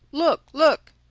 look, look!